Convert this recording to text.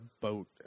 boat